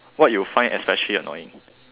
what you find especially annoying